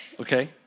Okay